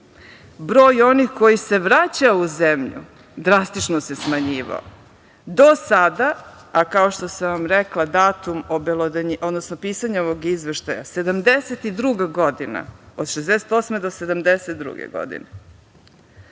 Broj onih koji se vraćao u zemlju drastično se smanjivao, do sada, a kao što sam vam rekla datum, odnosno pisanja ovog izveštaja 1972. godine, od 1968. do 1972. godine